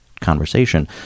conversation